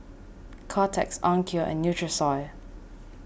Kotex Onkyo and Nutrisoy